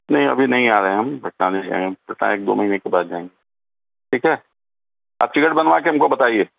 نہیں ابھی نہیں آ رہے ہم پٹنہ نہیں جائیں گے پٹنہ ایک دو مہینے کے بعد جائیں گے ٹھیک ہے آپ ٹکٹ بنوا کے ہم کو بتائیے